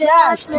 Yes